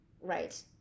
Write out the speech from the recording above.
Right